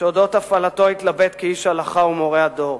שלעניין הפעלתו התלבט כאיש הלכה ומורה הדור.